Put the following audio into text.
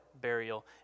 burial